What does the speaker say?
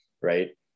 right